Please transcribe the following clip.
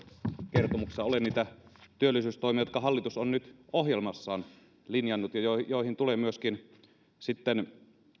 kertomuksessa ole niitä työllisyystoimia jotka hallitus on nyt ohjelmassaan linjannut ja joihin joihin tulee myöskin sitten